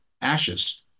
ashes